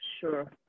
sure